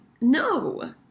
no